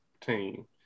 team